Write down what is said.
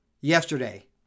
yesterday